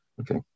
Okay